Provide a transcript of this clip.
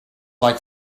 like